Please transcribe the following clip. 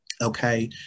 Okay